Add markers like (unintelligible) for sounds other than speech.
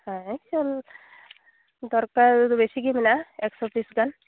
(unintelligible) ᱫᱚᱨᱠᱟᱨ ᱵᱤᱥᱤ ᱜᱮ ᱢᱮᱱᱟᱜᱼᱟ ᱮᱠᱥᱳ ᱯᱤᱥ ᱜᱟᱱ